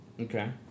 Okay